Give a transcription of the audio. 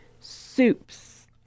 soups